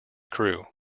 crew